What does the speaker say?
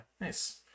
nice